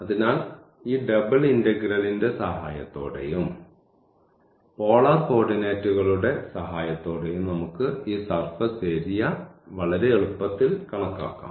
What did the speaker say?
അതിനാൽ ഈ ഡബിൾ ഇന്റഗ്രലിന്റെ സഹായത്തോടെയും പോളാർ കോർഡിനേറ്റുകളുടെ സഹായത്തോടെയും നമുക്ക് ഈ സർഫസ് ഏരിയ വളരെ എളുപ്പത്തിൽ കണക്കാക്കാം